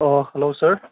ꯑꯣ ꯍꯜꯂꯣ ꯁꯥꯔ